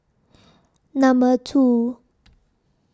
Number two